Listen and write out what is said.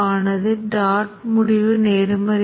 அதாவது நிலையற்ற பகுப்பாய்வு அறிக்கை 0